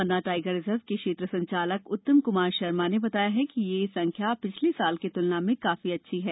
पन्ना tiger reserve के क्षेत्र संचालक उतम क्मार शर्मा ने बताया कि यह संख्या पिछले वर्ष की त्लना में काफी अच्छी है